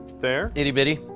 there. itty bitty.